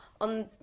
on